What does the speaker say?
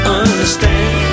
understand